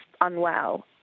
unwell